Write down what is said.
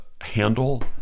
handle